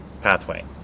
pathway